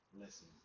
listen